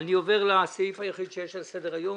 אני עובר לסעיף היחיד שיש על סדר-היום,